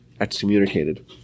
excommunicated